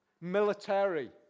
military